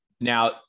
Now